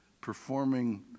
performing